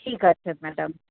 ঠিক আছে ম্যাডাম